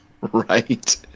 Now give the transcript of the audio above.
Right